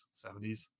70s